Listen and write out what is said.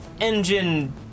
engine